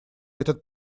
этот